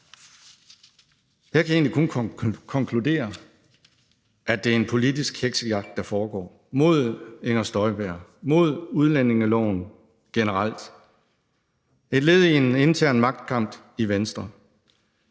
Jeg kan egentlig kun konkludere, at det er en politisk heksejagt, der foregår, mod Inger Støjberg, mod udlændingeloven generelt – et led i en intern magtkamp i Venstre.